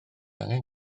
angen